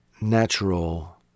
Natural